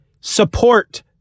support